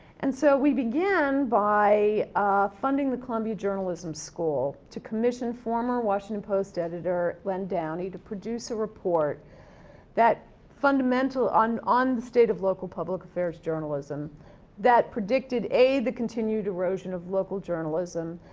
and so, we began by funding the columbia journalism school to commission former washington post editor len downey to produce a report that fundamental, on on the state of local public affairs journalism that predicted a the continued erosion of local journalism.